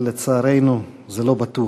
אבל לצערנו, זה לא בטוח.